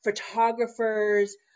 photographers